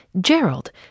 Gerald